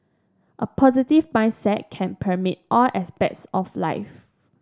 a positive mindset can permeate all aspects of life